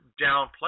downplay